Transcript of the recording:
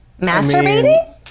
masturbating